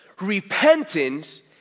Repentance